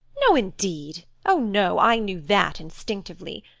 no indeed! oh no! i knew that instinctively.